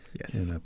Yes